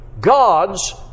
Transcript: God's